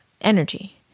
energy